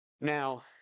Now